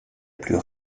plus